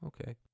Okay